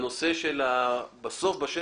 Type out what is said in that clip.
בסוף, בשטח,